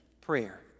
prayer